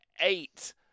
eight